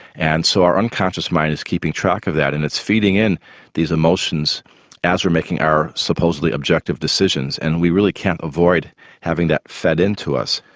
and so our unconscious mind is keeping track of that and it's feeding in these emotions as we're making our supposedly objective decisions and we really can't avoid having that fed into us.